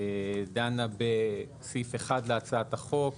דנה בסעיף 1 להצעת החוק,